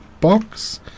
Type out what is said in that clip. box